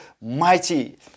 Mighty